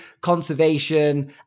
conservation